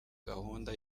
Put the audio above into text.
gahunda